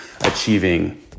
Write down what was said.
achieving